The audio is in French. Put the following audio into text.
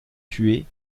tués